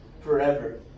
forever